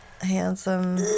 handsome